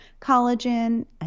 collagen